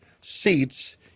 seats